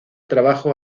trabajo